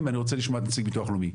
אני רוצה לשמוע את נציג ביטוח לאומי.